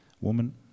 woman